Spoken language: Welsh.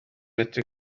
medru